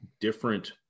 different